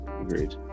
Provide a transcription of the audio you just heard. Agreed